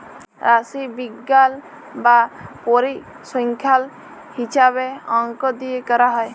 রাশিবিজ্ঞাল বা পরিসংখ্যাল হিছাবে অংক দিয়ে ক্যরা হ্যয়